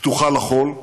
פתוחה לכול,